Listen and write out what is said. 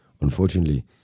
unfortunately